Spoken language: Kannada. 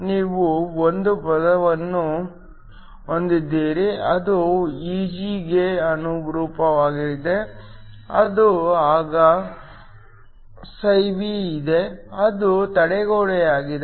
ನೀವು 1 ಪದವನ್ನು ಹೊಂದಿದ್ದೀರಿ ಅದು Eg ಗೆ ಅನುರೂಪವಾಗಿದೆ ಆಗ φB ಇದೆ ಅದು ತಡೆಗೋಡೆಯಾಗಿದೆ